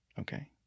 okay